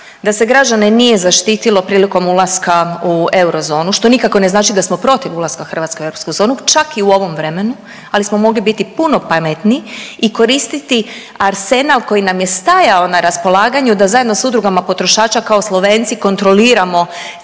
da se građane nije zaštitilo prilikom ulaska u euro zonu, što nikako ne znači da smo protiv ulaska Hrvatske u euro zonu čak i u ovom vremenu, ali smo mogli biti puno pametniji i koristiti arsenal koji nam je stajao na raspolaganju da zajedno sa udrugama potrošača kao Slovenci kontroliramo